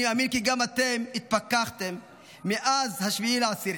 אני מאמין כי גם אתם התפכחתם מאז 7 באוקטובר,